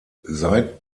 seit